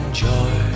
joy